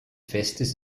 festes